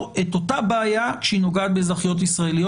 את אותה בעיה כשהיא נוגעת באזרחיות ישראליות.